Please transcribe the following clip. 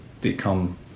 become